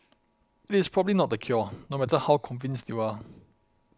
it is probably not the cure no matter how convinced you are